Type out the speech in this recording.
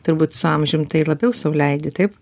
turbūt su amžiumi tai labiau sau leidi taip